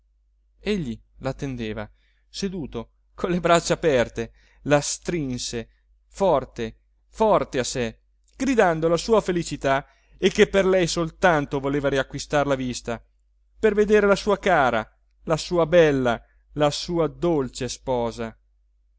egli la attendeva seduto con le braccia aperte la strinse forte forte a sé gridando la sua felicità e che per lei soltanto voleva riacquistar la vista per vedere la sua cara la sua bella la sua dolce sposa